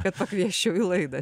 kad pakviesčiau į laidą